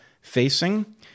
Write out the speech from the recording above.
facing